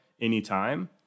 anytime